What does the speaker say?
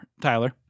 tyler